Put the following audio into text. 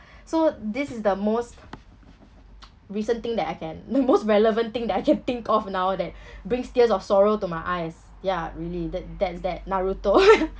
so this is the most recent thing that I can most relevant thing that I can think of now that brings tears of sorrow to my eyes ya really that that's that naruto